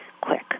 quick